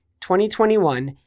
2021